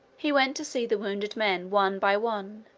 he went to see the wounded men one by one,